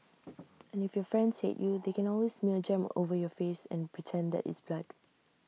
and if your friends hate you they can always smear jam over your face and pretend that it's blood